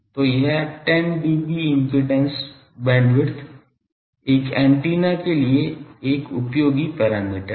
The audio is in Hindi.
तो यह 10 dB इम्पीडेन्स बैंडविड्थ एक एंटीना के लिए एक उपयोगी पैरामीटर है